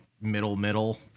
middle-middle